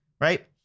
right